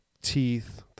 teeth